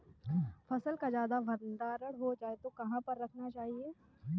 फसल का ज्यादा भंडारण हो जाए तो कहाँ पर रखना चाहिए?